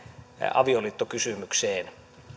avioliittokysymykseen